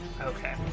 okay